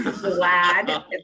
glad